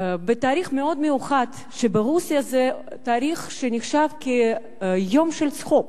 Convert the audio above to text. בתאריך מאוד מיוחד, שברוסיה נחשב כיום של צחוק,